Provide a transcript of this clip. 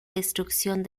destrucción